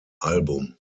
album